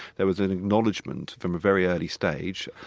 there was an acknowledgement, from a very early stage,